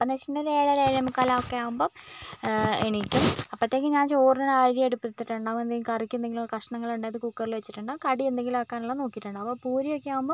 എന്ന് വെച്ചിട്ടുണ്ടെങ്കിൽ ഒരു ഏഴര ഏഴേ മുക്കാൽ ഒക്കെ ആകുമ്പം എണീക്കും അപ്പോഴത്തേക്കും ഞാൻ ചോറിന് അരി അടുപ്പത്ത് ഇട്ടിട്ടുണ്ടാകും എന്തെങ്കിലും കറിക്ക് എന്തെങ്കിലും കഷ്ണങ്ങൾ ഉണ്ടാക്കി അത് കുക്കറിൽ വെച്ചിട്ടുണ്ടാകും കടി എന്തെങ്കിലും ആകാൻ ഉള്ളത് നോക്കിയിട്ടുണ്ടാകും പൂരി ഒക്കെ ആകുമ്പം